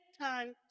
time